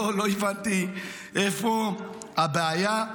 לא הבנתי איפה הבעיה.